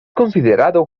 considerado